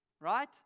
Right